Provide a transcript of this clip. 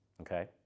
okay